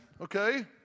Okay